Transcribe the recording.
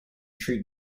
treat